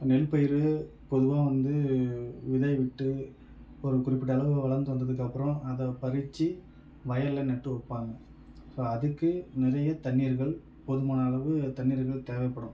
நெல்பயிர் பொதுவாக வந்து விளைய விட்டு ஒரு குறிப்பிட்ட அளவு வளர்ந்து வந்ததுக்கு அப்புறம் அதை பறித்து வயல்ல நட்டு வைப்பாங்க ஸோ அதுக்கு நிறைய தண்ணீர்கள் போதுமான அளவு தண்ணீர்கள் தேவைப்படும்